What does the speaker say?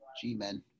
G-Men